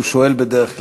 והוא שואל בדרך כלל,